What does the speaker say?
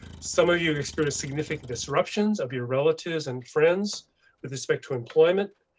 some of you experienced significant disruptions of your relatives and friends with respect to employment,